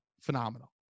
phenomenal